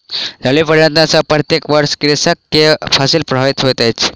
जलवायु परिवर्तन सॅ प्रत्येक वर्ष कृषक के फसिल प्रभावित होइत अछि